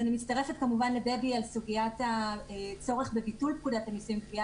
אני מצטרפת לדבי בקריאה לביטול פקודת המסים (גבייה),